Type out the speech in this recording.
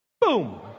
Boom